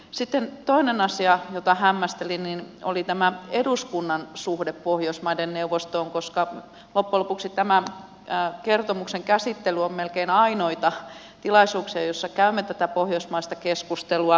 sitten toinen asia jota hämmästelin oli tämä eduskunnan suhde pohjoismaiden neuvostoon koska loppujen lopuksi tämä kertomuksen käsittely on melkein ainoita tilaisuuksia joissa käymme tätä pohjoismaista keskustelua